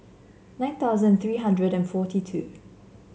nine thousand three hundred and forty two